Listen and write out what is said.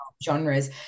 genres